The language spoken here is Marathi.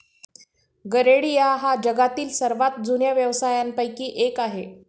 गरेडिया हा जगातील सर्वात जुन्या व्यवसायांपैकी एक आहे